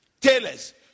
tailors